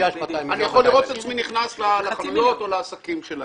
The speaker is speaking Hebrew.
אני יכול לראות את עצמי נכנס לחנויות או לעסקים שלהם.